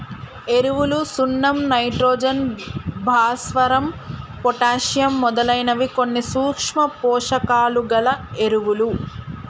ఎరువులు సున్నం నైట్రోజన్, భాస్వరం, పొటాషియమ్ మొదలైనవి కొన్ని సూక్ష్మ పోషకాలు గల ఎరువులు